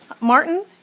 Martin